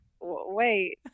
wait